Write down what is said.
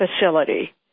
facility